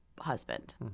husband